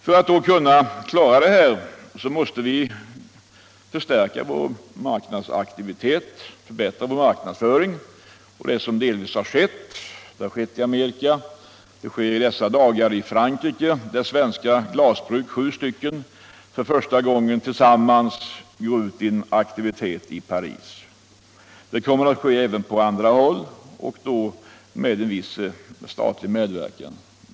För att kunna klara oss måste vi därför förstärka vår marknadsaktivitet och förändra vår marknadsföring. Det är också vad som delvis har skett. Det har skett i Amerika och det sker i dessa dagar i Frankrike där svenska glasbruk — sju stycken — för första gången tillsammans går ut med en aktivitet i Paris. Det kommer att ske även på andra håll och då med en viss statlig medverkan.